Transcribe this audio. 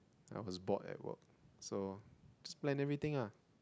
I was bored at work so just plan everything ah